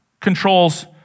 controls